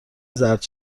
زرد